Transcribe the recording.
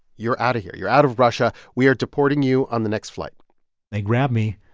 you're out of here. you're out of russia. we are deporting you on the next flight they grabbed me,